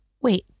wait